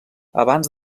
abans